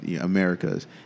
Americas